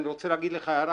אני רוצה להגיד לך הערה,